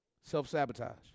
Self-sabotage